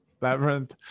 Labyrinth